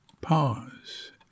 pause